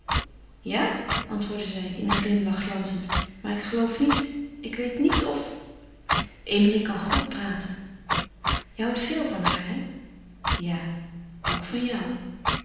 ja antwoordde zij in een glimlach glanzend maar ik geloof niet ik weet niet of emilie kan goed praten je houdt veel van haar hè ja ook van jou